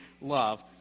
love